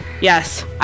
Yes